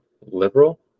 liberal